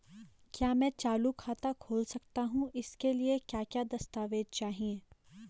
क्या मैं चालू खाता खोल सकता हूँ इसके लिए क्या क्या दस्तावेज़ चाहिए?